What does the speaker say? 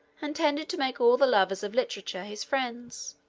and tended to make all the lovers of literature his friends.